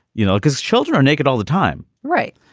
you know, because children are naked all the time. right.